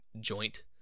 joint